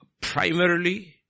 primarily